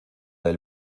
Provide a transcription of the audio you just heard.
del